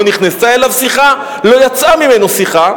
לא נכנסה אליו שיחה ולא יצאה ממנו שיחה,